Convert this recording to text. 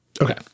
Okay